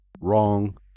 Wrong